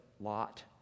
Lot